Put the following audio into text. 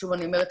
שוב אני אומרת,